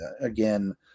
again